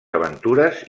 aventures